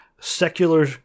secular